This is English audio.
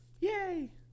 Yay